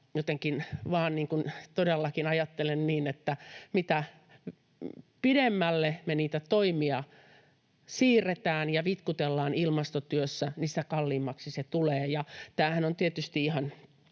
todellakin ajattelen niin, että mitä pidemmälle me niitä toimia siirretään ja vitkutellaan ilmastotyössä, sitä kalliimmaksi se tulee, ja tämähän on tietysti ihan